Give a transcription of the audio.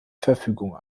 verfügung